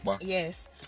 yes